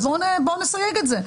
אז בואו נסייג את זה,